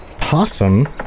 possum